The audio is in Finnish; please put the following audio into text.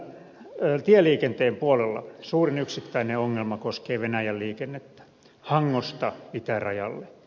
tieliikenteen puolella suurin yksittäinen ongelma koskee venäjän liikennettä hangosta itärajalle